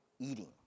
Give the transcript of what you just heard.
eating